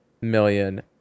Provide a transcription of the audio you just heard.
million